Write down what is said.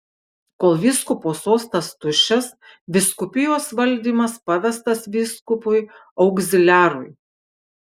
kol vyskupo sostas tuščias vyskupijos valdymas pavestas vyskupui augziliarui